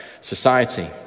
society